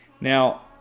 Now